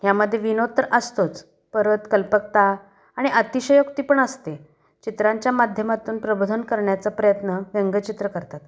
ह्यामध्ये विनोद तर असतोच परत कल्पकता आणि अतिशयोक्ती पण असते चित्रांच्या माध्यमातून प्रबोधन करण्याचा प्रयत्न व्यंगचित्र करतात